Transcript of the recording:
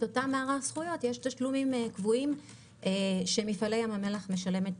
אותו מערך זכויות יש תשלומים קבועים שמפעלי ים המלח משלמת